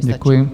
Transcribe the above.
Děkuji.